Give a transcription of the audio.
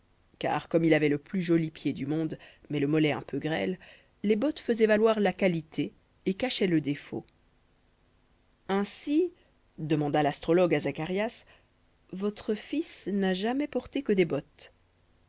car comme il avait le plus joli pied du monde mais le mollet un peu grêle les bottes faisaient valoir la qualité et cachaient le défaut ainsi demanda l'astrologue à zacharias votre fils n'a jamais porté que des bottes